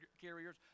carriers